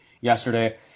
yesterday